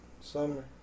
Summer